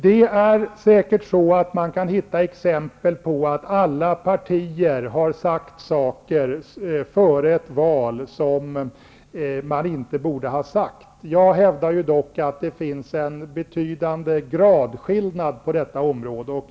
Man kan säkerligen hitta exempel på att alla partier före ett val har sagt saker som de inte borde ha sagt. Jag hävdar dock att det finns en betydande gradskillnad på detta område.